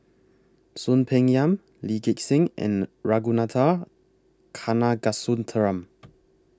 Soon Peng Yam Lee Gek Seng and Ragunathar Kanagasuntheram